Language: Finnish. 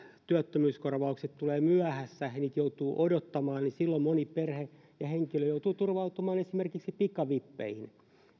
työttömyyskorvaukset tulevat myöhässä ja niitä joutuu odottamaan ja silloin moni perhe ja henkilö joutuu turvautumaan esimerkiksi pikavippeihin